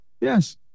yes